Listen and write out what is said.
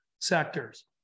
sectors